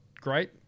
great